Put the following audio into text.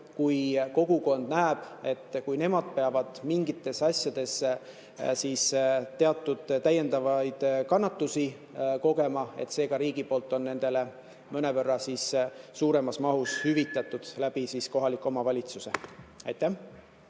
kui kogukond näeb, et kui nemad peavad mingites asjades teatud täiendavaid kannatusi kogema, siis see ka riigi poolt on nendele mõnevõrra suuremas mahus hüvitatud kohaliku omavalitsuse kaudu.